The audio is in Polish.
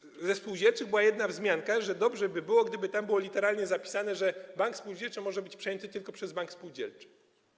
Ze strony banków spółdzielczych była jedna wzmianka, że dobrze by było, gdyby było tam literalnie zapisane, że bank spółdzielczy może być przejęty tylko przez bank spółdzielczy.